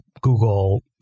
Google